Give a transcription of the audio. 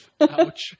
Ouch